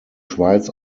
schweiz